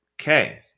Okay